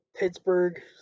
Pittsburgh